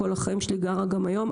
כל החיים שלי וגרה גם היום,